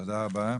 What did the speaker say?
תודה רבה.